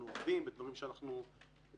בין אם זה משמאל,